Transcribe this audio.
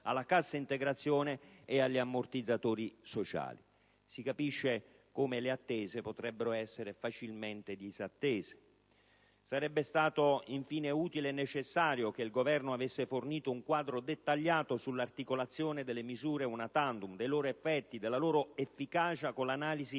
alla cassa integrazione e agli ammortizzatori sociali. Si capisce come le attese potrebbero essere facilmente disattese. Sarebbe stato infine utile e necessario che il Governo avesse fornito un quadro dettagliato sull'articolazione delle misure *una tantum*, dei loro effetti, della loro efficacia con l'analisi